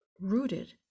rooted